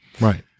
Right